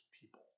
People